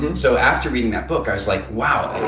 and so after reading that book i was like, wow!